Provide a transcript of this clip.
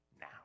now